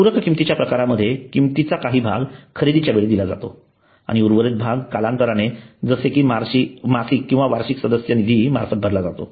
पूरक किंमतीच्या प्रकारामध्ये किंमतीचा काही भाग खरेदीच्या वेळी दिला जातो आणि उर्वरित भाग कालांतराने जसे कि मासिक किंवा वार्षिक सदस्य निधी मार्फत भरला जातो